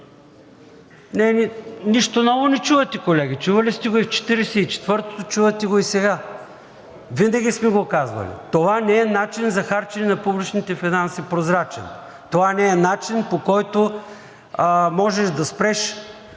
Нищо ново не чувате, колеги! Чували сте го и в 44-тото, чувате го и сега. Винаги сме го казвали! Това не е прозрачен начин за харчене на публичните финанси! Това не е начин, по който можеш да спреш